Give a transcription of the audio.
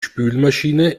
spülmaschine